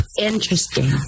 Interesting